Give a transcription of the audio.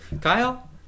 Kyle